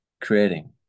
creating